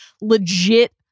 legit